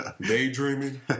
Daydreaming